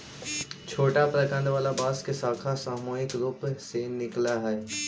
छोटा प्रकन्द वाला बांस के शाखा सामूहिक रूप से निकलऽ हई